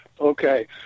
Okay